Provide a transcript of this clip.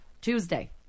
Tuesday